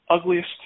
ugliest